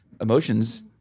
Emotions